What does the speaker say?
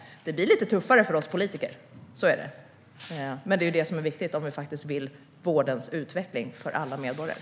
Det blir lite tuffare för oss politiker, men det är viktigt om man faktiskt vill se en utveckling av vården för alla medborgare.